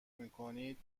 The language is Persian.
میکنید